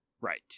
Right